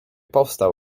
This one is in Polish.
powstał